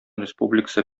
республикасы